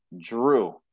Drew